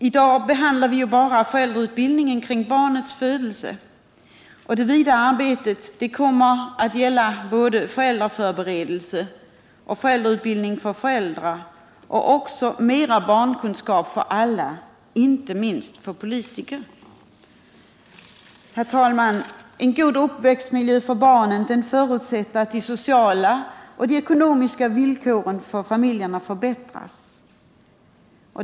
I dag behandlar vi bara föräldrautbildningen kring barnets födelse, men det vidare arbetet kommer att gälla både föräldraförberedelse och föräldrautbildning för föräldrar samt mera barnkunskap för alla, inte minst för politiker. Herr talman! En god uppväxtmiljö för barnen förutsätter att de sociala och ekonomiska villkoren för familjerna förbättras.